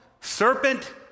serpent